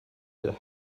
the